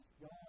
God